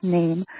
name